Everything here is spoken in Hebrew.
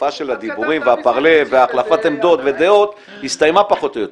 התקופה של הדיבורים והפארלה והחלפת עמדות ודעות הסתיימה פחות או יותר.